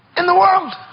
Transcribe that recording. in the world!